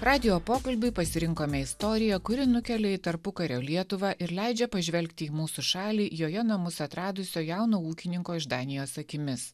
radijo pokalbiui pasirinkome istoriją kuri nukelia į tarpukario lietuvą ir leidžia pažvelgti į mūsų šalį joje namus atradusio jauno ūkininko iš danijos akimis